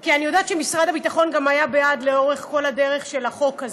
כי אני יודעת שמשרד הביטחון גם היה בעד לאורך כל הדרך של החוק הזה,